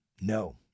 No